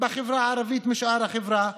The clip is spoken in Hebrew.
בחברה הערבית משאר החברה.